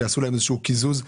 שיעשו להם איזשהו קיזוז?